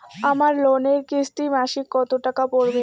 আমার লোনের কিস্তি মাসিক কত টাকা পড়বে?